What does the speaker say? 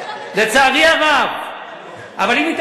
למה שלא